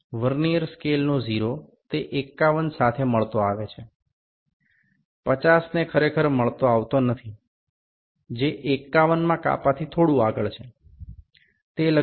vernier স্কেলের ০ টি ৫১ এর সাথে মিলছে ৫০ এ আসলে মিলছে না সামান্য এগিয়ে রয়েছে তবে ৫১ তম টি ঠিকঠাক